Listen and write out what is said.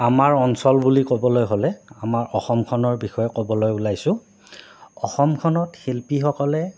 আমাৰ অঞ্চল বুলি ক'বলৈ হ'লে আমাৰ অসমখনৰ বিষয়ে ক'বলৈ ওলাইছোঁ অসমখনত শিল্পীসকলে